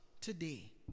today